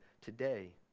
today